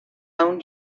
own